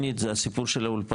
שנית זה הסיפור של האולפנים,